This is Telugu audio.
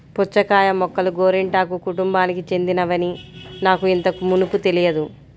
పుచ్చకాయ మొక్కలు గోరింటాకు కుటుంబానికి చెందినవని నాకు ఇంతకు మునుపు తెలియదు